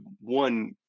one